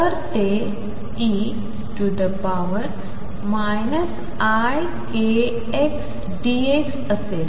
तर ते e ikxdx असेल